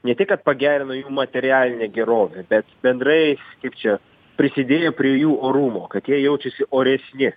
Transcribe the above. ne tik kad pagerino jų materialinę gerovę bet bendrai kaip čia prisidėjo prie jų orumo kad jie jaučiasi oresni